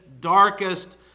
darkest